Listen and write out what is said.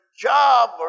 job